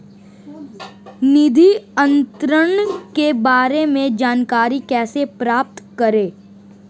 निधि अंतरण के बारे में जानकारी कैसे प्राप्त करें?